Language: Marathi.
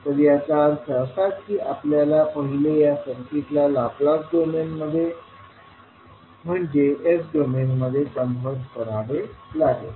तर याचा अर्थ असा की आपल्याला पहिले या सर्किटला लाप्लास डोमेनमध्ये म्हणजे S डोमेनमध्ये कन्व्हर्ट करावे लागेल